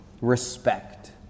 respect